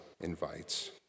invites